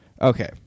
Okay